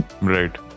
Right